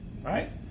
right